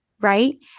right